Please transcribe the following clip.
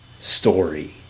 story